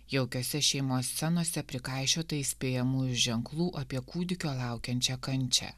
jaukiose šeimos scenose prikaišiota įspėjamųjų ženklų apie kūdikio laukiančią kančią